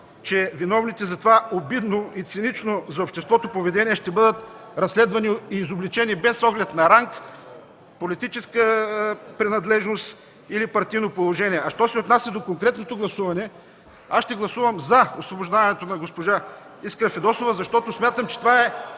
че виновните за това обидно и цинично за обществото поведение ще бъдат разследвани и изобличени без оглед на ранг, политическа принадлежност или партийно положение. А що се отнася до конкретното гласуване, ще гласувам за освобождаването на госпожа Искра Фидосова, защото смятам, че това е